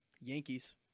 Yankees